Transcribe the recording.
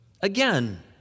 Again